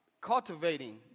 cultivating